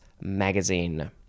Magazine